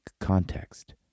context